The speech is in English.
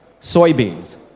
soybeans